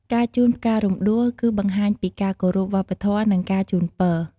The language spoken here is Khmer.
ការជូនផ្ការំដួល គឺបង្ហាញពីការគោរពវប្បធម៌ និងការជូនពរ។